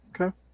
Okay